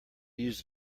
use